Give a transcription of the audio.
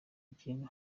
ikintu